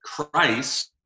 Christ